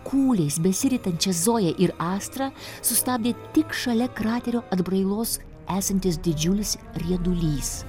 kūliais besiritančias zoja ir astrą sustabdė tik šalia kraterio atbrailos esantis didžiulis riedulys